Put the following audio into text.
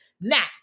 Now